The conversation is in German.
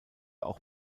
auch